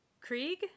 Krieg